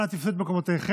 אנא תפסו את מקומותיכם,